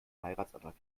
heiratsantrag